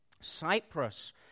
Cyprus